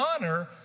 honor